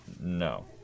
No